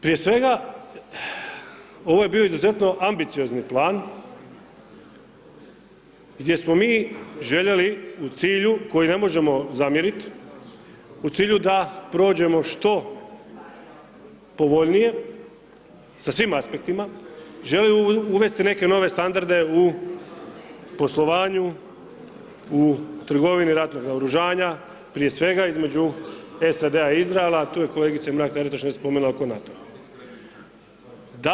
Prije svega, ovo je bio izuzetno ambiciozni plan gdje smo mi željeli u cilju koji ne možemo zamjerit, u cilju da prođemo što povoljnije, sa svim aspektima, želi uvesti neke nove standarde u poslovanju, u trgovini ratnog naoružanja, prije svega između SAD-a i Izraela, tu je kolegica Mrak-Taritaš nešto spomenula oko NATO-a.